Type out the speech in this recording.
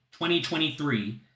2023